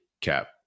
cap